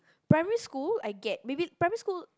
primary school I get maybe primary school